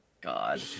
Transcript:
God